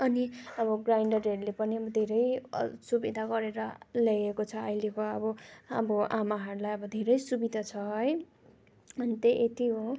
अनि आब ग्राइन्डरहरूले पनि धेरै अ सुविधा गरेर ल्याएको छ अहिलेको अब अब आमाहरूलाई धेरै सुविधा छ है अनि त्यही यति हो